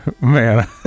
Man